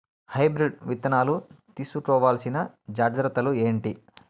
Hybrid విత్తనాలు తీసుకోవాల్సిన జాగ్రత్తలు ఏంటి?